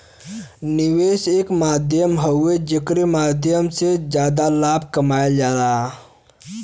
निवेश एक माध्यम हउवे जेकरे माध्यम से जादा लाभ कमावल जाला